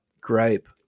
gripe